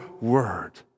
word